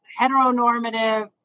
heteronormative